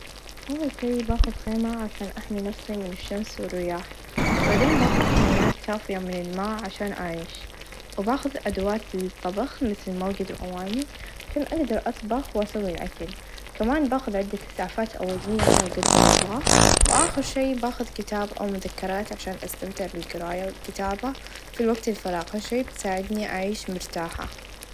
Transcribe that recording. أول شئ باخذ خيمه عشان أحمي نفسي من الشمس و الرياح و بعدين باخذ كميات كافيه من الماء عشان أعيش و باخذ أدوات للطبخ مثل موقد و أواني عشان أقدر أطبخ و أسوي الأكل كمان باخذ عده إسعافات أوليه لاقدر الله و آخر شئ باخذ كتاب أو مذكرات عشان أستمتع بالقرايه و الكتابه في وقت الفراغ هالشئ بيساعدني أعيش مرتاحه.